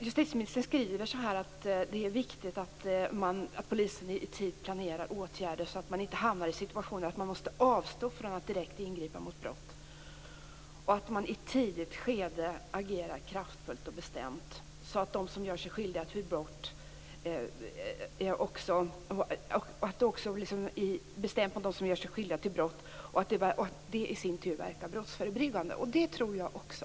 Justitieministern säger att hon anser att det är viktigt att polisen planerar åtgärder på ett sådant sätt att den inte hamnar i sådana situationer att den måste avstå från att direkt ingripa mot brott och att polisen i ett tidigt skede agerar kraftfullt och bestämt mot dem som gör sig skyldiga till brott, så att det i sin tur verkar brottsförebyggande. Det tror jag också.